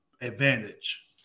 advantage